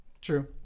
True